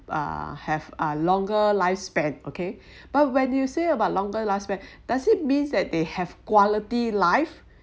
uh have a longer lifespan okay but when you say about longer lifespan does it means that they have quality life